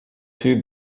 through